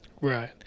Right